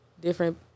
different –